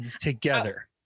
together